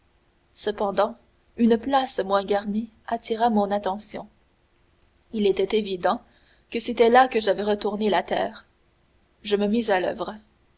cependant une place moins garnie attira mon attention il était évident que c'était là que j'avais retourné la terre je me mis à l'oeuvre